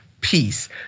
peace